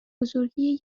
بزرگی